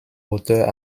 hauteur